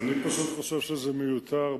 אני פשוט חושב שזה מיותר.